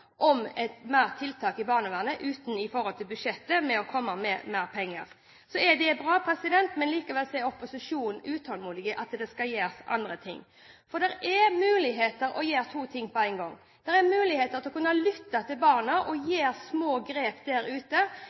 om mer tiltak i barnevernet – uten gjennom budsjettet, ved å komme med mer penger. Så det er bra, men likevel er opposisjonen utålmodig når det gjelder å gjøre andre ting. For det er mulig å gjøre to ting på en gang. Det er mulig å lytte til barna og å gjøre små grep der ute,